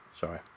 Sorry